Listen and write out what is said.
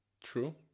true